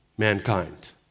Mankind